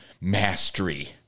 mastery